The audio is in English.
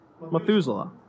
Methuselah